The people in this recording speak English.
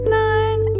nine